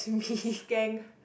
you skank